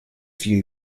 view